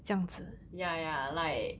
ya ya like